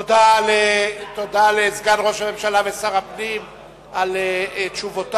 תודה לסגן ראש הממשלה ושר הפנים על תשובותיו.